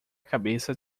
cabeça